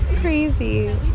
Crazy